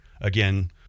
Again